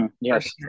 Yes